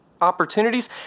opportunities